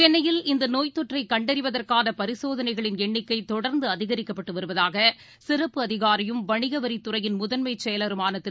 சென்னையில் இந்தநோய்த் தொற்றைகண்டறிவதற்கானபரிசோதனைகளின் எண்ணிக்கைதொடர்ந்து அதிகரிக்கப்பட்டுவருவதாகசிறப்பு அதிகாரியும் வணிகவரிதுறையின் முதன்மைச் செயலருமானதிரு